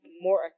more